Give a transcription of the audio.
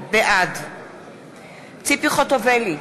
בעד ציפי חוטובלי,